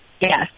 Yes